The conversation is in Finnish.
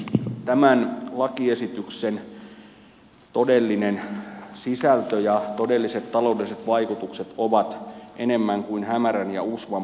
tämän lakiesityksen todellinen sisältö ja todelliset taloudelliset vaikutukset ovat enemmän kuin hämärän ja usvan peitossa